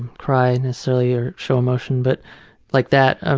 cry necessarily or show emotion but like that. ah